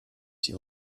sie